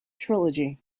trilogy